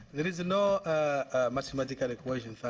there is no mathematical equation.